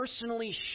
personally